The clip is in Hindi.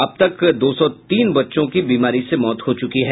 अब तक दो सौ तीन बच्चों की बीमारी से मौत हो चुकी है